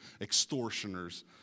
extortioners